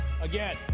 Again